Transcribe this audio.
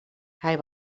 hij